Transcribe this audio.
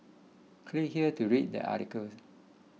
click here to read the articles